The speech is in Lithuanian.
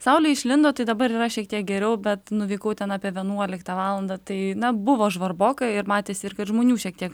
saulė išlindo tai dabar yra šiek tiek geriau bet nuvykau ten apie vienuoliktą valandą tai buvo žvarboka ir matėsi kad žmonių šiek tiek